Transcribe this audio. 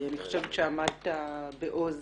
אני חושבת שעמדת בעוז